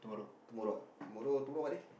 tomorrow ah tomorrow tomorrow what day